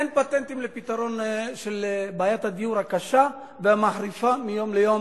אין פטנטים לפתרון של בעיית הדיור הקשה והמחריפה מיום ליום